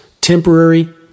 Temporary